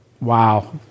wow